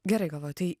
gerai galvoju tai